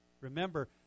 Remember